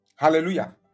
Hallelujah